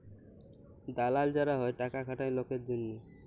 দালাল যারা হ্যয় টাকা খাটায় লকের জনহে